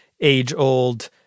age-old